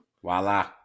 Voila